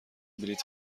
بلیط